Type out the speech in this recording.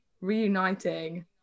reuniting